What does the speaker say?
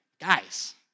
Guys